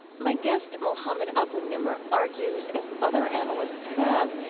my guest, mohammed abu-nimer, argues, as other analysts have,